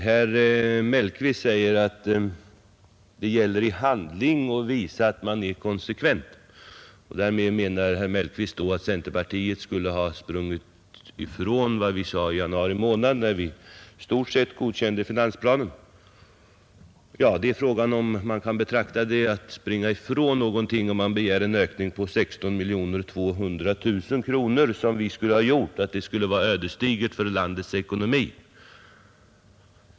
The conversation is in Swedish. Herr Mellqvist sade att det gäller att i handling visa att man är konsekvent. Därmed menade väl herr Mellqvist att centerpartiet skulle ha sprungit ifrån vad vi sade i januari månad, när vi i stort sett godkände finansplanen. Ja, frågan är ju om man kan kalla det för att springa ifrån någonting att begära en ökning på 16 200 000 kronor, som vi gjort, och att det skulle vara ödesdigert för landets ekonomi.